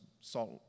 salt